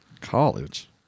College